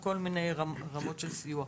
בכל מיני רמות של סיוע.